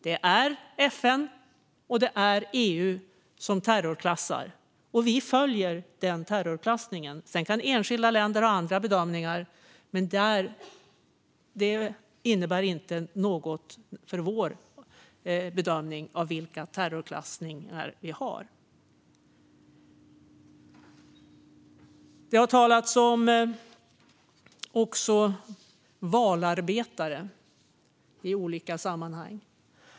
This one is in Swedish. Det är FN och EU som terrorklassar, och vi följer deras terrorklassning. Enskilda länder kan göra andra bedömningar, men det påverkar inte vår bedömning när det gäller terrorklassning. Det har även talats om valarbetare.